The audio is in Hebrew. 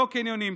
לא קניונים,